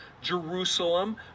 Jerusalem